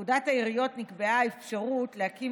בפקודת העיריות נקבעה האפשרות להקים